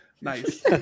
nice